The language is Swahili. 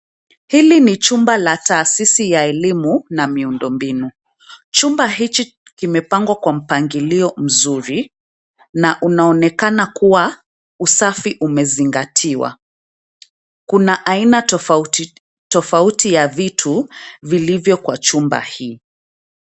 Hili ni chumba la taasisi ya elimu na miundo mbinu. Chumba hiki kimepangwa kwa mpangilio mzuri ,na unaonekana kuwa usafi umezingatiwa. Kuna aina tofauti tofauti ya vitu vilivyo kwa chumba hii.